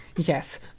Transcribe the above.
Yes